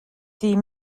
die